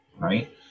right